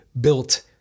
built